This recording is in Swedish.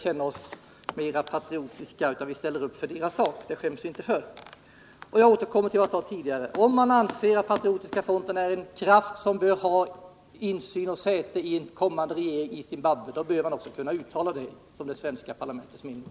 Vi ställer upp för deras sak, och det skäms vi inte för. Jag återkommer till vad jag sade tidigare: Om man anser att Patriotiska fronten är en kraft som bör ha insyn och säte i en kommande regering i Zimbabwe, då bör man också kunna uttala detta som det svenska parlamentets mening.